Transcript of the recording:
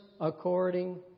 according